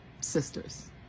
sisters